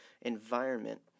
environment